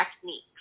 techniques